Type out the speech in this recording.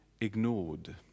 ignored